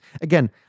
Again